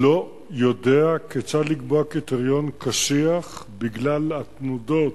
לא יודע כיצד לקבוע קריטריון קשיח בגלל התנודות